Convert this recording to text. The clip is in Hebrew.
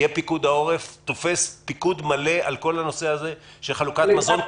יהיה פיקוד העורף תופס פיקוד מלא על כל נושא חלוקת המזון,